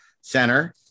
Center